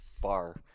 bar